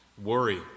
worry